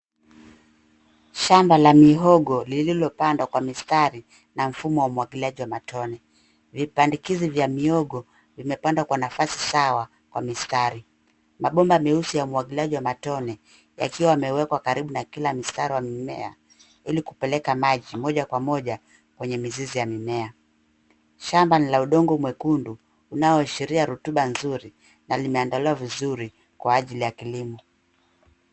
Shamba la mihogo Ililopandwa kwa mistari na mfumo wa umwagiliaji wa matone. Vipandikizi vya miogo vimepandwa kwa nafasi sawa kwa mistari. Mabomba meusi ya umwagiliaji wa matone yakiwa yamewekwa karibu na kila mistari wa mimea ilikupeleka maji moja kwa moja kwenye mizizi ya mimea. Shamba ni la udongo mwekundu unaoashiria rutuba nzuri na limeandaliwa vizuri kwa ajili ya kilimo.